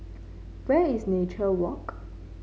where is Nature Walk